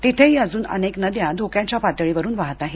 तिथेही अजून अनेक नद्या धोक्याच्या पातळीवरून वाहात आहेत